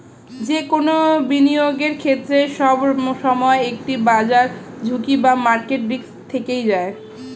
যে কোনো বিনিয়োগের ক্ষেত্রে, সবসময় একটি বাজার ঝুঁকি বা মার্কেট রিস্ক থেকেই যায়